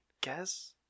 guess